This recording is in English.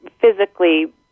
physically